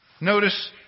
Notice